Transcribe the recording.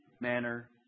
manner